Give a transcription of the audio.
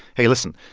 hey. listen.